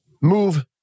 move